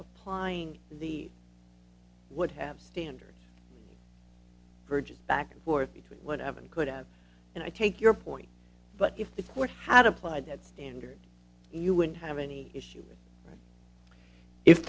applying the would have standard virgins back and forth between what evan could have and i take your point but if the court had applied that standard you wouldn't have any issue if